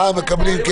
אה, מקבלים.